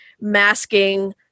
masking